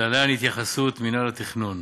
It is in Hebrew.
להלן התייחסות מינהל התכנון: